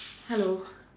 hello